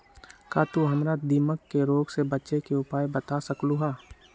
का तू हमरा दीमक के रोग से बचे के उपाय बता सकलु ह?